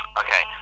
okay